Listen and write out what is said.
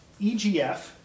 EGF